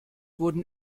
wurden